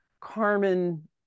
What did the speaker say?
Carmen